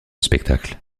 spectacle